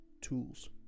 tools